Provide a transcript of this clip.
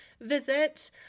visit